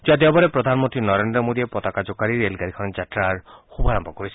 যোৱা দেওবাৰে প্ৰধানমন্ত্ৰী নৰেন্দ্ৰ মোদীয়ে পতাকা জোকাৰি ৰেলগাড়ীখনৰ যাত্ৰাৰ শুভাৰভ কৰিছিল